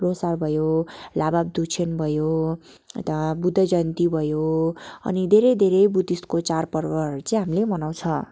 ल्होसार भयो लाभादुच्छेन भयो अन्त बुद्ध जयन्ती भयो अनि धेरै धेरै बुद्धिस्टको चाँड पर्वहरू चाहिँ हामीले मनाउँछ